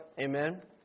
Amen